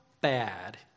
bad